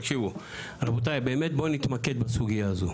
תקשיבו רבותיי, באמת בואו נתמקד בסוגייה הזאת.